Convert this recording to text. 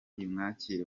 imwakire